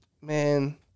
Man